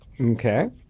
Okay